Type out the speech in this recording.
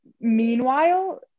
meanwhile